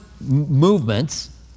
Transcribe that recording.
movements